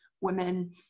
women